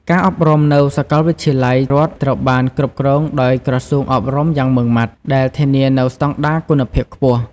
ការអប់រំនៅសាកលវិទ្យាល័យរដ្ឋត្រូវបានគ្រប់គ្រងដោយក្រសួងអប់រំយ៉ាងម៉ឺងម៉ាត់ ដែលធានានូវស្តង់ដារគុណភាពខ្ពស់។